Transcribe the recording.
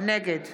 נגד